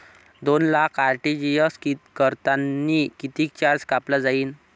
दोन लाख आर.टी.जी.एस करतांनी कितीक चार्ज कापला जाईन?